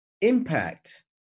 impact